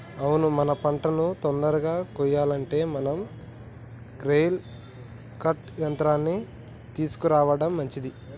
అవును మన పంటను తొందరగా కొయ్యాలంటే మనం గ్రెయిల్ కర్ట్ యంత్రాన్ని తీసుకురావడం మంచిది